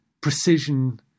precision